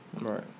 Right